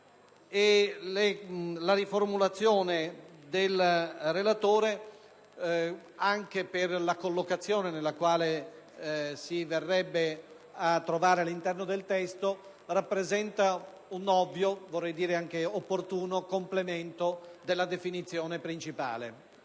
la riformulazione del relatore, anche per la collocazione nella quale si verrebbe a trovare all'interno del testo, rappresenta un ovvio, vorrei dire anche opportuno, complemento della definizione principale.